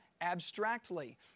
abstractly